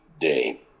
day